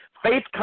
faith